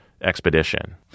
expedition